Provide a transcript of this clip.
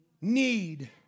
need